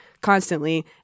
constantly